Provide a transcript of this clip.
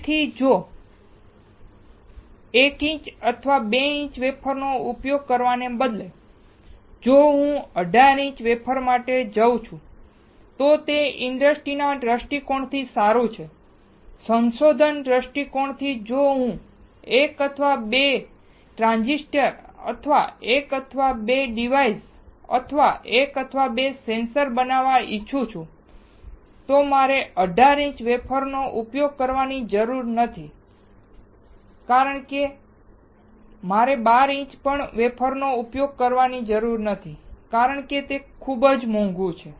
તેથી જો 1 ઇંચ અથવા 2 ઇંચના વેફરનો ઉપયોગ કરવાને બદલે જો હું 18 ઇંચના વેફર માટે જઉં છું તો તે ઇન્ડસ્ટ્રીના દૃષ્ટિકોણ થી સારું છે સંશોધન દૃષ્ટિકોણથી જો હું 1 અથવા 2 ટ્રાંઝિસ્ટર અથવા 1 અથવા 2 ડિવાઇસ અથવા 1 અથવા 2 સેન્સર બનાવવા ઇચ્છું છું મારે 18 ઇંચના વેફર નો ઉપયોગ કરવાની જરૂર નથી મારે 12 ઇંચના વેફરનો ઉપયોગ કરવો નથી તે ખરેખર મોંઘું છે